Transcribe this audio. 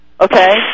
okay